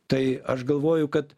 tai aš galvoju kad